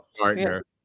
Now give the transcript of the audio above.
partner